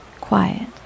quiet